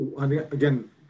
again